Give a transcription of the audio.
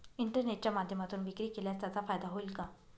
इंटरनेटच्या माध्यमातून विक्री केल्यास त्याचा फायदा होईल का?